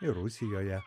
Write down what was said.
ir rusijoje